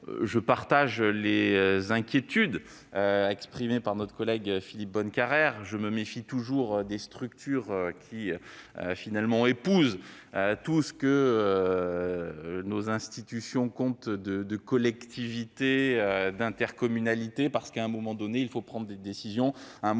Je partage les inquiétudes exprimées par notre collègue Philippe Bonnecarrère, car je me méfie toujours des structures qui épousent tout ce que nos institutions comptent de collectivités. En effet, à un moment donné, il faut prendre des décisions.